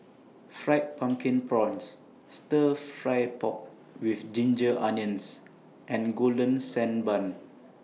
Fried Pumpkin Prawns Stir Fry Pork with Ginger Onions and Golden Sand Bun